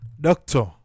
Doctor